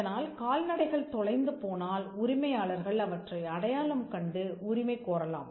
இதனால் கால்நடைகள் தொலைந்து போனால் உரிமையாளர்கள் அவற்றை அடையாளம் கண்டு உரிமை கோரலாம்